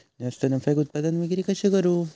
जास्त नफ्याक उत्पादन विक्री कशी करू?